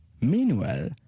meanwhile